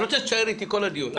אני רוצה שתישאר איתי כל הדיון.